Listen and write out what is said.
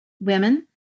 women